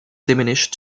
diminish